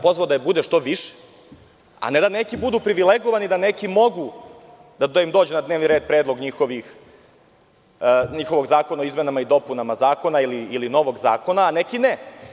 Pozvao sam da je bude što više, a ne da neki budu privilegovani, da nekom dođe na dnevni red predlog njegovog zakona o izmenama i dopunama zakona ili novog zakona, a nekom ne.